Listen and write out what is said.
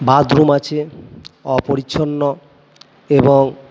bathroom আছে অপরিচ্ছন্ন এবং